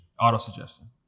Auto-suggestion